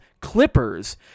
Clippers